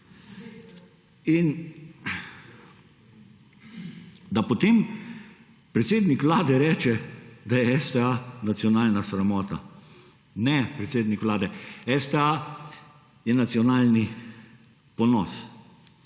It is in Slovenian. In da potem predsednik Vlade reče, da je STA nacionalna sramota. Ne, predsednik Vlade, STA je nacionalni ponos.